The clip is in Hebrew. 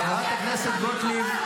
חברת הכנסת גוטליב,